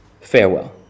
Farewell